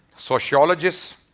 sociologists,